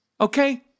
Okay